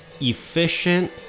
efficient